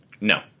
No